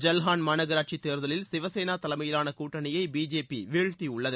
ஜல்ஹான் மாநகராட்சி தேர்தலில் சிவசேளா தலைமையிலான கூட்டணியை பிஜேபி வீழ்த்தியுள்ளது